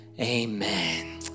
amen